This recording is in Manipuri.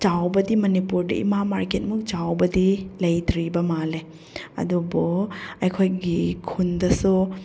ꯆꯥꯎꯕꯗꯤ ꯃꯅꯤꯄꯨꯔꯗ ꯏꯃꯥ ꯃꯥꯔꯀꯦꯠꯃꯨꯛ ꯆꯥꯎꯕꯗꯤ ꯂꯩꯇ꯭ꯔꯤꯕ ꯃꯥꯜꯂꯦ ꯑꯗꯨꯕꯨ ꯑꯩꯈꯣꯏꯒꯤ ꯈꯨꯟꯗꯁꯨ